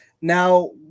now